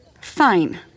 Fine